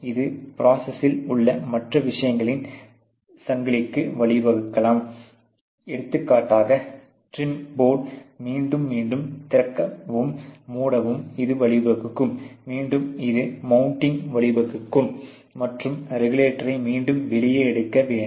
இது ப்ரோசஸில் உள்ள மற்ற விஷயங்களின் சங்கிலிக்கு வழிவகுக்கலாம் எடுத்துக்காட்டாக டிரிம் போர்டுகளை மீண்டும் மீண்டும் திறக்கவும் மூடவும் இது வழிவகுக்கும் மீண்டும் இது மௌன்டிங்க்கு வழிவகுக்கும் மற்றும் ரெகுலேட்டரை மீண்டும் வெளியே எடுக்க வேண்டும்